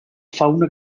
fauna